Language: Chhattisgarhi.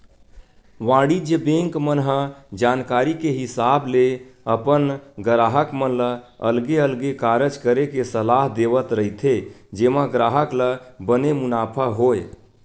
वाणिज्य बेंक मन ह जानकारी के हिसाब ले अपन गराहक मन ल अलगे अलगे कारज करे के सलाह देवत रहिथे जेमा ग्राहक ल बने मुनाफा होय